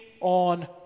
on